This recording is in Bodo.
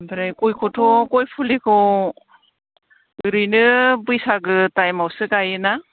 ओमफ्राय गयखौथ' गय फुलिखौ ओरैनो बैसागो थाइमआवसो गायो ना